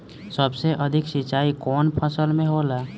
सबसे अधिक सिंचाई कवन फसल में होला?